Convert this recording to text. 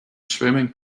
swimming